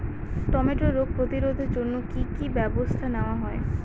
টমেটোর রোগ প্রতিরোধে জন্য কি কী ব্যবস্থা নেওয়া হয়?